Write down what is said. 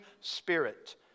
spirit